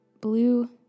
blue